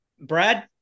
Brad